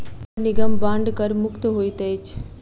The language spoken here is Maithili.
नगर निगम बांड कर मुक्त होइत अछि